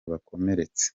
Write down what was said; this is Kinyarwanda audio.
bakomeretse